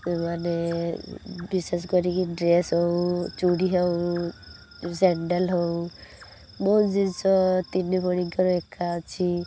ସେମାନେ ବିଶେଷ କରିକି ଡ୍ରେସ ହେଉ ଚୁଡ଼ି ହେଉ ସ୍ୟାଣ୍ଡେଲ ହଉ ବହୁତ ଜିନିଷ ତିନି ଭଉଣୀଙ୍କର ଏକା ଅଛି